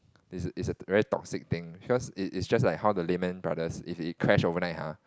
it's it's a very toxic thing because it's it's just like how the Lehman Brothers if it crash overnight ha